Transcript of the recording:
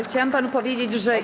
Chciałam panu powiedzieć, że ja.